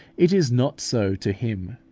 it is not so to him.